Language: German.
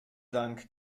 dank